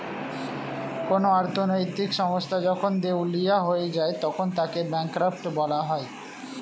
কোন অর্থনৈতিক সংস্থা যখন দেউলিয়া হয়ে যায় তখন তাকে ব্যাঙ্করাপ্ট বলা হয়